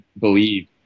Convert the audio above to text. believe